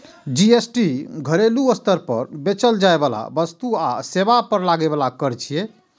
GST घरेलू स्तर पर बेचल जाइ बला वस्तु आ सेवा पर लागै बला कर छियै